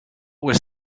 was